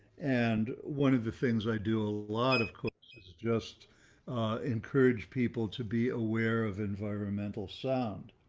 and one of the things i do a lot of, is just encourage people to be aware of environmental sound.